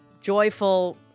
joyful